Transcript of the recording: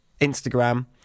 Instagram